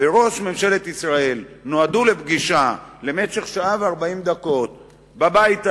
וראש ממשלת ישראל נועדו לפגישה במשך שעה ו-40 דקות בבית הלבן.